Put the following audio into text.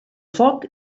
foc